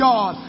God